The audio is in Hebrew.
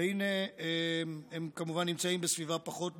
והינה הם נמצאים בסביבה פחות בטוחה,